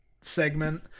segment